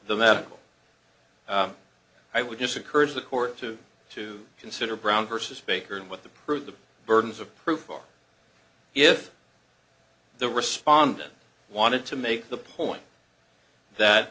the medical i would just encourage the court to to consider brown versus baker and what the prove the burdens of proof are if the respondent wanted to make the point that